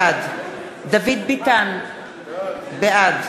בעד דוד ביטן, בעד